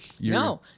No